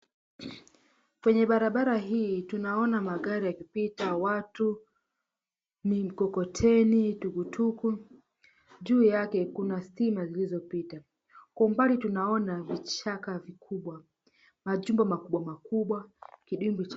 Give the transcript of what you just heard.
Kwenye barabara hii tunaona watu wakipita watu, mikokoteni, pikipiki juu yake kuna stima zilizopita, kwa umbali tunaona vichaka vikubwa, majumba makubwa makubwa kidimbwi cha maji.